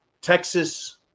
Texas